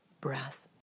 breath